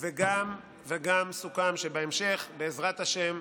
גם סוכם שבהמשך, בעזרת השם,